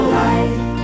life